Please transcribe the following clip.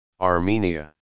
Armenia